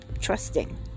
trusting